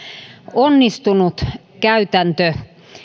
onnistunut käytäntö